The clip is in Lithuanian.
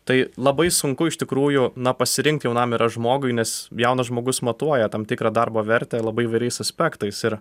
tai labai sunku iš tikrųjų na pasirink jaunam yra žmogui nes jaunas žmogus matuoja tam tikrą darbo vertę labai įvairiais aspektais ir